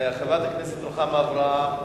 חברת הכנסת רוחמה אברהם,